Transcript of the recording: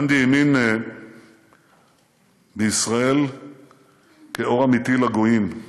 גנדי האמין בישראל כאור אמיתי לגויים.